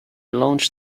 launched